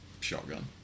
shotgun